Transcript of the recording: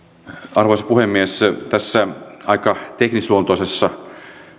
arvoisa puhemies tässä aika teknisluontoisessa